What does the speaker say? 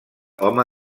home